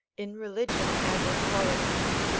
in religion as in politics,